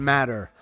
Matter